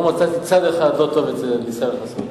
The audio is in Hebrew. לא מצאתי צד אחד לא טוב אצל ישראל חסון.